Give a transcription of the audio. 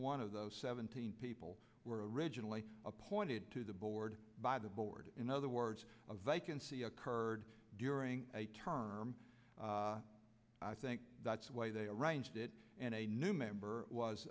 one of those seventeen people were originally appointed to the board by the board in other words a vacancy occurred during a term i think that's why they arranged it and a new member was